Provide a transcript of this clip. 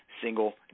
single